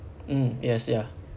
mm yes ya